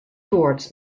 towards